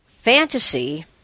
Fantasy